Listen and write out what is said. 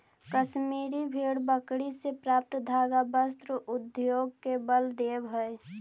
कश्मीरी भेड़ बकरी से प्राप्त धागा वस्त्र उद्योग के बल देवऽ हइ